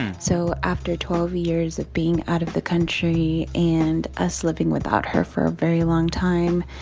so after twelve years of being out of the country and us living without her for a very long time,